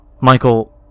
Michael